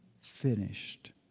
finished